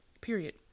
Period